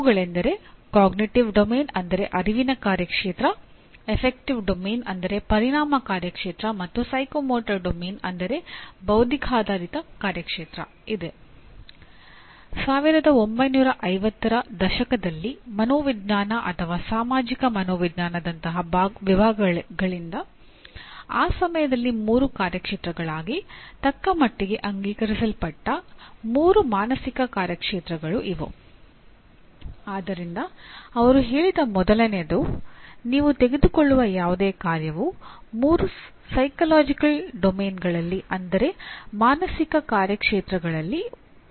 ಅವುಗಳೆಂದರೆ cognitive domain ಒಂದನ್ನು ಬೆಂಬಲಿಸುತ್ತದೆ